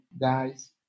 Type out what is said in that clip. guys